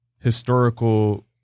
historical